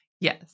yes